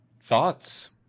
Thoughts